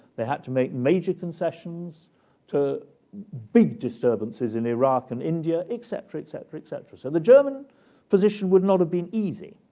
they had to make major concessions to big disturbances in iraq and india, etc, etc, etc. so the german position would not have been easy.